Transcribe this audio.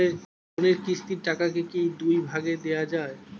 লোনের কিস্তির টাকাকে কি দুই ভাগে দেওয়া যায়?